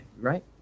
right